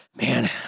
man